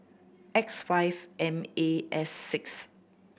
X five M A S six